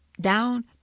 down